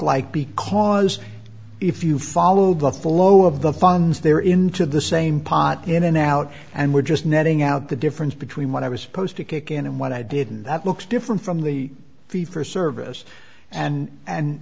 like because if you follow the flow of the funds they're into the same pot in and out and we're just netting out the difference between what i was supposed to kick in and what i didn't that looks different from the fee for service and and